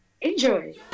enjoy